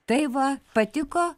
tai va patiko